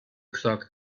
clock